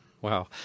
Wow